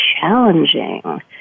challenging